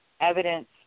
evidence